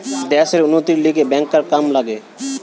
দ্যাশের উন্নতির লিগে ব্যাংকার কাম লাগে